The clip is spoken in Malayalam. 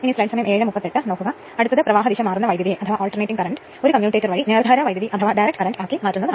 കുറഞ്ഞ വോൾട്ടേജിലെ വൈദ്യുതി ട്രാൻസ്ഫോർമറിലെ ചെമ്പ് നഷ്ടം പവർ ഫാക്ടർ എന്നിവ കണ്ടെത്തേണ്ടതുണ്ട്